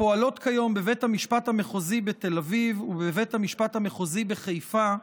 הפועלות כיום בבית המשפט המחוזי בתל אביב ובבית המשפט המחוזי בחיפה,